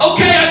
Okay